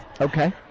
Okay